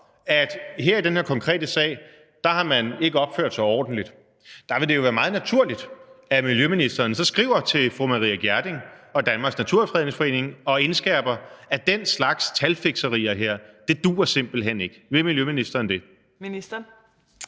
at man i den her konkrete sag ikke har opført sig ordentligt. Der vil det jo være meget naturligt, at miljøministeren så skriver til fru Maria Gjerding og Danmarks Naturfredningsforening og indskærper, at den slags talfiksfakseri her duer simpelt hen ikke. Vil miljøministeren det? Kl.